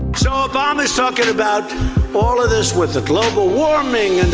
so obama is talking about all of this with the global warming,